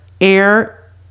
Air